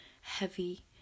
heavy